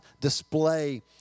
display